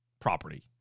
property